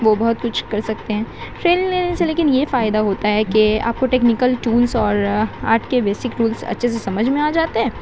وہ بہت کچھ کر سکتے ہیں ٹریننگ لینے سے لیکن یہ فائدہ ہوتا ہے کہ آپ کو ٹیکنیکل ٹولس اور آرٹ کے بیسک رولس اچھے سے سمجھ میں آ جاتے ہیں